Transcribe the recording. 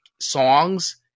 songs